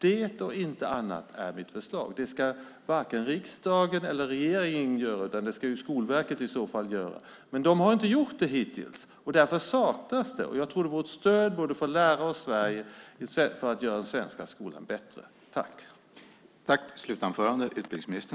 Det och inget annat är mitt förslag. Det ska varken riksdagen eller regeringen göra, utan det ska Skolverket i så fall göra, men de har inte gjort det hittills. Därför saknas det här. Jag tror att det vore ett stöd för lärare och för att göra den svenska skolan bättre.